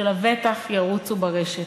שלבטח ירוצו ברשת.